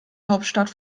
hauptstadt